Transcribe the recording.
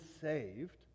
saved